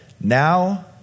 now